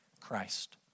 Christ